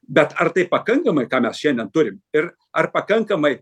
bet ar tai pakankamai ką mes šiandien turim ir ar pakankamai